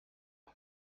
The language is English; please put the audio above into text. one